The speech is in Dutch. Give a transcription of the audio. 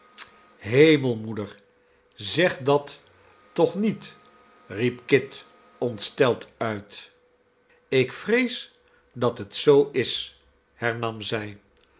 moeder zeg dat toch niet i riep kit ontsteld uit ik vrees dat het zoo is hernam zij